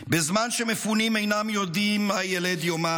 בזמן שמפונים אינם יודעים מה ילד יומם,